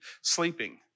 sleeping